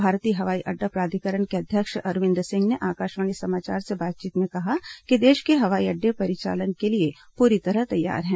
भारतीय हवाई अड्डा प्राधिकरण के अध्यक्ष अरविन्द सिंह ने आकाशवाणी समाचार से बातचीत में कहा कि देश के हवाई अड्डे परिचालन के लिए पूरी तरह तैयार हैं